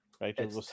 Right